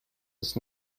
ist